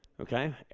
Okay